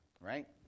right